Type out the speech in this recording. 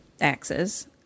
axes